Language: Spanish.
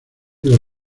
del